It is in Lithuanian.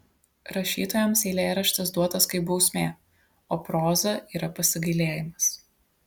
rašytojams eilėraštis duotas kaip bausmė o proza yra pasigailėjimas